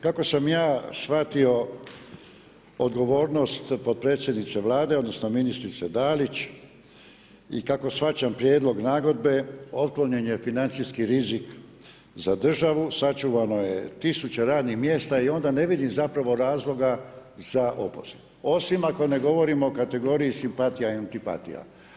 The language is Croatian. Kako sam ja shvatio odgovornost potpredsjednice Vlade, odnosno ministrice Dalić i kako shvaćam prijedlog nagodbe otklonjen je financijski rizik za državu, sačuvano je tisuće radnih mjesta i onda ne vidim zapravo razloga za opoziv osim ako ne govorimo o kategoriji simpatija i antipatija.